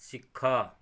ଶିଖ